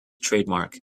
trademark